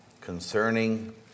concerning